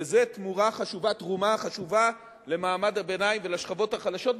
וזאת תרומה חשובה למעמד הביניים ולשכבות החלשות,